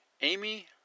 Amy